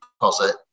deposit